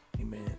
amen